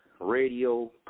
radio